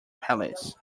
palace